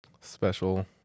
special